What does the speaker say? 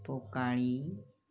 पोकाळी